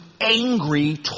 angry